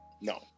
No